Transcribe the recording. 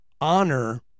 honor